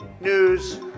news